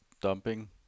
dumping